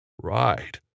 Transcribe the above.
right